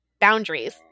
boundaries